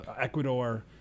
Ecuador